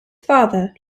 father